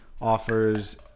offers